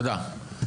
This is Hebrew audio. תודה.